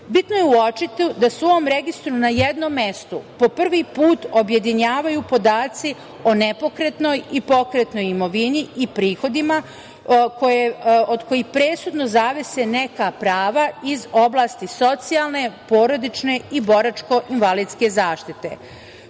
lica. Bitno je uočiti da u ovom registru na jednom mestu po prvi put objedinjavaju podaci o nepokretnoj i pokretnoj imovini i prihodima od kojih presudno zavise neka prava iz oblasti socijalne, porodične i boračko invalidske zaštite.